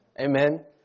Amen